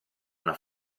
una